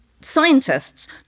scientists